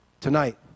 tonight